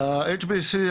-- ה-HBSC,